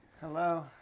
Hello